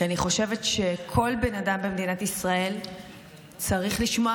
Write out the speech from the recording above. כי אני חושבת שכל בן אדם במדינת ישראל צריך לשמוע